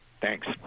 Thanks